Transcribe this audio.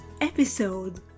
Episode